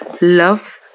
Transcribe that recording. Love